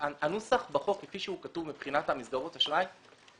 הנוסח בחוק כפי שהוא כתוב מבחינת מסגרות אשראי,